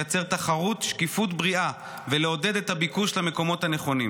לייצר תחרות ושקיפות בריאה ולעודד את הביקוש למקומות הנכונים.